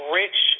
rich